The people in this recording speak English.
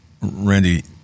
Randy